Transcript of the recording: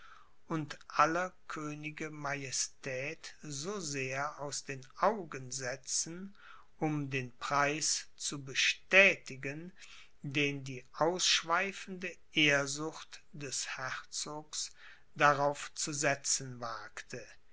und aller könige majestät so sehr aus den augen setzen um den preis zu bestätigen den die ausschweifende ehrsucht des herzogs darauf zu setzen wagte